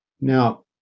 Now